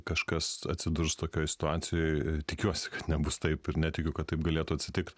kažkas atsidurs tokioj situacijoj tikiuosi kad nebus taip ir netikiu kad taip galėtų atsitikt